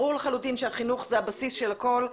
ברור לחלוטין שהחינוך זה הבסיס של הכול.